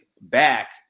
back